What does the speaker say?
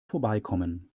vorbeikommen